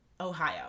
Ohio